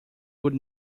would